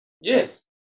Yes